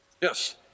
Yes